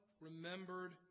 remembered